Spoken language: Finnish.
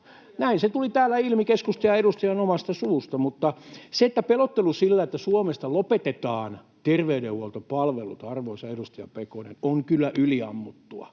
Näin se tuli täällä ilmi keskustan ja edustajan omasta suusta. Mutta pelottelu sillä, että Suomesta lopetetaan terveydenhuoltopalvelut, arvoisa edustaja Pekonen, on kyllä yliammuttua,